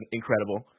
incredible